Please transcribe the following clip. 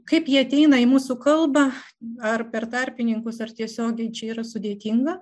kaip jie ateina į mūsų kalbą ar per tarpininkus ar tiesiogiai čia yra sudėtinga